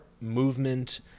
movement